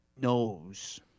knows